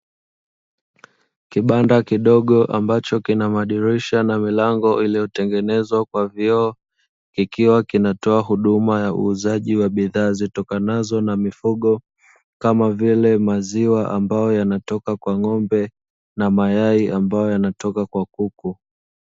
Kibanda kidogo ambacho kina madirisha na milango iliyotengenezwa kwa vioo, kikiwa kinatoa huduma ya uuzaji wa bidhaa zitokanazo na mifugo kama vile maziwa ambayo yanatoka kwa ng'ombe na mayai ambayo yanatoka kwa kuku.